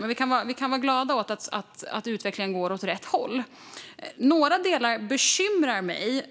Men vi kan vara glada över att utvecklingen går åt rätt håll. Några delar bekymrar mig.